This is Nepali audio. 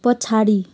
पछाडि